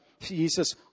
Jesus